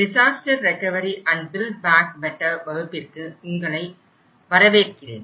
disaster recovery and build back better வகுப்பிற்கு உங்களை வரவேற்கிறேன்